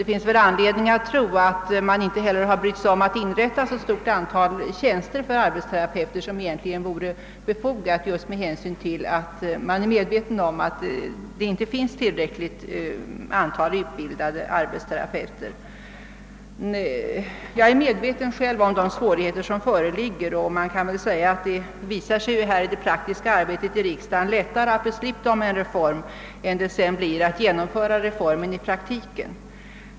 Det finns anledning tro att man inte brytt sig om att inrätta så stort antal tjänster för arbetsterapeuter som egentligen vore befogat, eftersom man är medveten om att det inte finns tillräckligt antal utbildade arbetsterapeuter. Jag är själv medveten om de svårigheter som föreligger — det visar sig i det praktiska arbetet i riksdagen lättare att besluta om en reform än att genomföra den i praktiken.